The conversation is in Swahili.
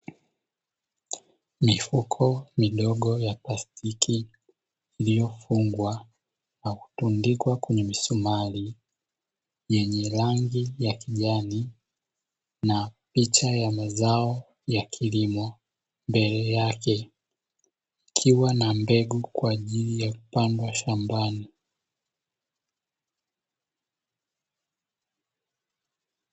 Mifuko midogo ya plastiki iliyofungwa na kutundikwa kwenye misumari, yenye rangi ya kijani na picha ya mazao ya kilimo mbele yake, ikiwa na mbegu kwa ajili ya kupandwa shambani.